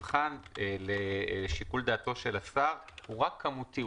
למעשה המבחן לשיקול דעתו של השר הוא רק כמותי,